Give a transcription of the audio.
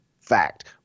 Fact